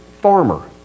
farmer